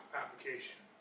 application